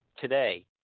today